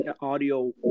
audio